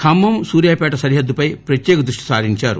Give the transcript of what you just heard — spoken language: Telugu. ఖమ్మం సూర్యపేట సరిహద్దుపై ప్రత్యేక దృష్టి సారించారు